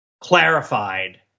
clarified